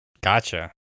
Gotcha